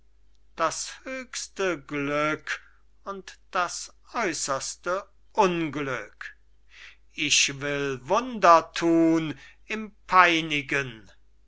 das höchste glück und das äußerste unglück ich will wunder thun im peinigen